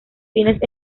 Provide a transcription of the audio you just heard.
fines